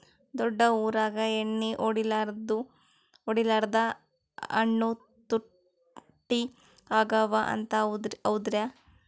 ದೊಡ್ಡ ಊರಾಗ ಎಣ್ಣಿ ಹೊಡಿಲಾರ್ದ ಹಣ್ಣು ತುಟ್ಟಿ ಅಗವ ಅಂತ, ಹೌದ್ರ್ಯಾ?